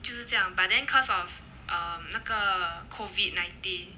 就是这样 but then cause of um 那个 COVID nineteen